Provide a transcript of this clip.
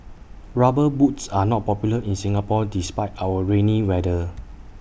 rubber boots are not popular in Singapore despite our rainy weather